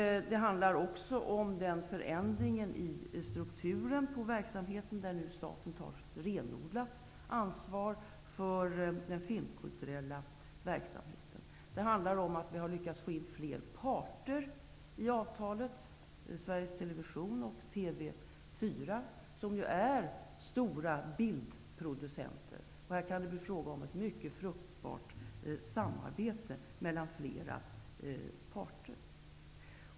Det handlar också om förändring i strukturen på verksamheten, där staten tar renodlat ansvar för den filmkulturella verksamheten. Vi har lyckats få in fler parter i avtalet, bl.a. Sveriges Television och TV4 -- vilka är stora bildproducenter. Det kan bli fråga om ett mycket fruktbart samarbete mellan flera parter.